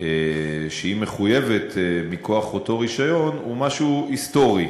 שהיא מחויבת מכוח אותו רישיון, הוא משהו היסטורי.